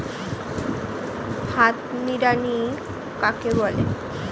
হাত নিড়ানি কাকে বলে?